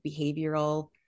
behavioral